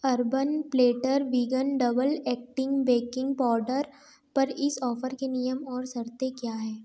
urban platter vegan double acting baking powder पर इस offer के नियम और शर्तें क्या हैं